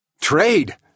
Trade